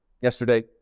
yesterday